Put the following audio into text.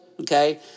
Okay